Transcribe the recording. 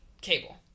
cable